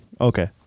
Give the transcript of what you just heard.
Okay